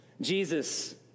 Jesus